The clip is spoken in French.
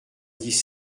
dix